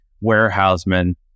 warehousemen